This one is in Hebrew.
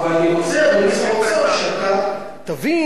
שאתה תבין את תפיסת היסוד שלי,